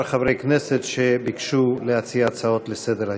כמה חברי כנסת ביקשו להציע הצעות לסדר-היום.